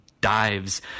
dives